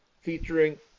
featuring